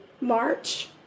March